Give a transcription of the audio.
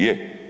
Je.